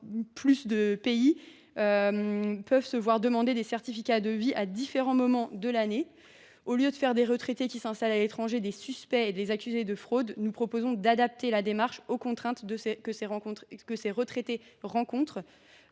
davantage – peuvent se voir demander des certificats de vie à différents moments de l’année. Au lieu de faire des retraités qui s’installent à l’étranger des suspects et de les accuser de fraude, nous proposons d’adapter la démarche aux contraintes que ceux ci rencontrent.